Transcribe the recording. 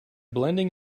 blending